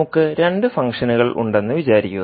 നമുക്ക് രണ്ട് ഫംഗ്ഷനുകളുണ്ടെന്ന് വിചാരിക്കുക